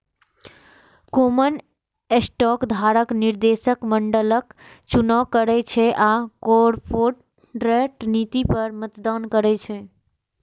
common stock धारक निदेशक मंडलक चुनाव करै छै आ कॉरपोरेट नीति पर मतदान करै छै